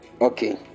okay